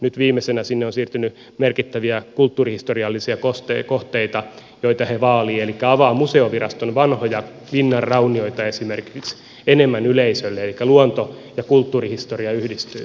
nyt viimeisenä sinne on siirtynyt merkittäviä kulttuurihistoriallisia kohteita joita he vaalivat elikkä esimerkiksi avataan museoviraston vanhoja linnanraunioita enemmän yleisölle elikkä luonto ja kulttuurihistoria yhdistyvät